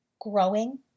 Growing